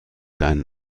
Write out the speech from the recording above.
deinen